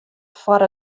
foar